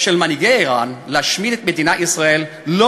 של מנהיגי איראן להשמיד את מדינת ישראל לא